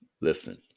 listen